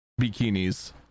bikinis